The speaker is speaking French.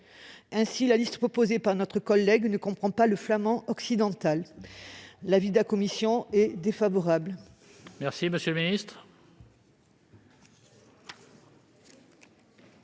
Ainsi, la liste proposée par notre collègue ne comprend pas le flamand occidental. L'avis de la commission est défavorable.